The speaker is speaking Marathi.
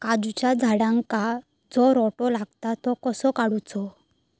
काजूच्या झाडांका जो रोटो लागता तो कसो काडुचो?